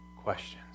questions